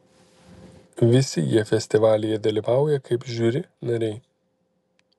visi jie festivalyje dalyvauja kaip žiuri nariai